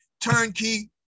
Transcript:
turnkey